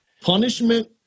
punishment